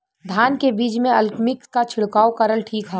धान के बिज में अलमिक्स क छिड़काव करल ठीक ह?